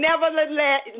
Nevertheless